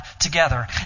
together